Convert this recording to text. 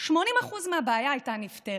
80% מהבעיה הייתה נפתרת.